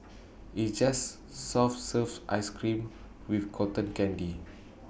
it's just soft serve Ice Cream with Cotton Candy